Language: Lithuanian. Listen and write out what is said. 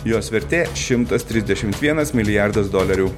jos vertė šimtas trisdešimt vienas milijardas dolerių